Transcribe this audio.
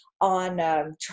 on